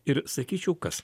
ir sakyčiau kas